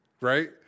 right